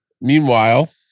meanwhile